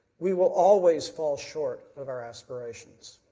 we will always fall short of our aspirations.